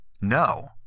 no